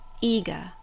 eager